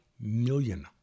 million